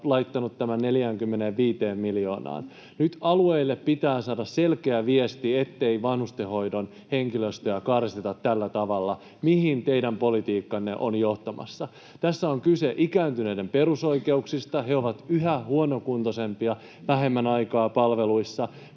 laittanut tämän 45 miljoonaan. Nyt alueille pitää saada selkeä viesti, ettei vanhustenhoidon henkilöstöä karsita tällä tavalla, mihin teidän politiikkanne on johtamassa. Tässä on kyse ikääntyneiden perusoikeuksista. He ovat yhä huonokuntoisempia, vähemmän aikaa palveluissa.